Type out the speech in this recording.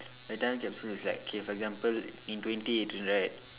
a time capsule is like K for example in twenty eighteen right